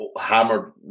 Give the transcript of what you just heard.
hammered